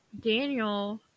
Daniel